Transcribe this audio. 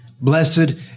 Blessed